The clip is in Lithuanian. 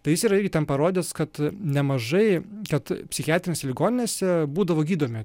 tai jis yra irgi ten parodęs kad nemažai kad psichiatrinėse ligoninėse būdavo gydomi